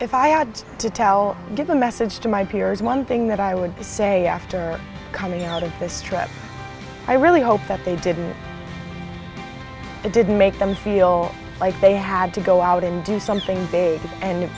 if i had to tell give a message to my peers one thing that i would say after coming out of this trip i really hope that they didn't it didn't make them feel like they had to go out and do something